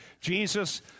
Jesus